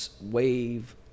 wave